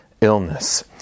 illness